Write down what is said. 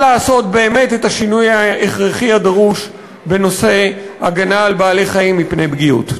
לעשות באמת את השינוי ההכרחי הדרוש בנושא הגנה על בעלי-חיים מפני פגיעות.